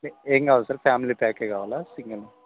ఏం కావాలి sir family ప్యాకే కావాలా సింగిల్